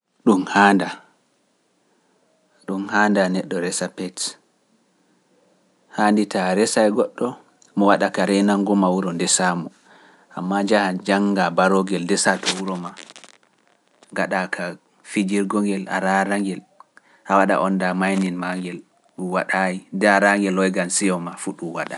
Ɗum haanda neɗɗo resa peta, haandi taa resa e goɗɗo mo waɗa ka renango ma wuro ndesa mo, ammaa njaha jannga baro gel desa to wuro ma, ngaɗa ka fijirgo ngel araara ngel hawa ɗa onda maaynin maa ngel, ɗum waɗaayi, daara nge looygan seyo ma fu ɗum waɗa.